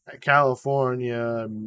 California